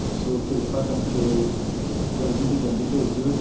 ਸੋ ਕਿਰਪਾ ਕਰਕੇ ਜਲਦੀ ਤੋਂ ਜਲਦੀ ਭੇਜ ਦਿਓ